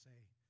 say